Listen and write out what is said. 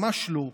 ממש לא.